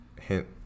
Hint